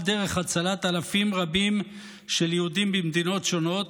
דרך הצלת אלפים רבים של יהודים במדינות שונות,